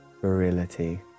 virility